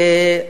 תודה,